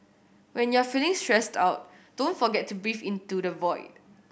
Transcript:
when you are feeling stressed out don't forget to breathe into the void